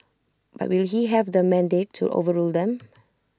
but will he have the mandate to overrule them